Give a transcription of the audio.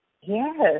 Yes